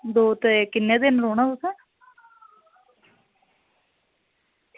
दो ते किन्ने दिन रौह्ना तुसें